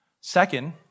Second